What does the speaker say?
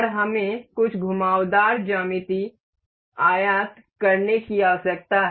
और हमें कुछ घुमावदार ज्यामिति आयात करने की आवश्यकता है